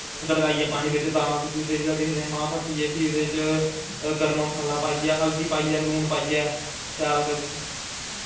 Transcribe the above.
गड़काई बिच्च दालां सुट्टी ओड़दे दिखदे जिसलै मांह् फट्टिये फ्ही ओह्दे च गर्म मसाला पाईयै हल्दी पाईयै शैल करियै